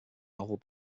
novel